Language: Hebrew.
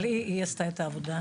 אבל היא עשתה את העבודה.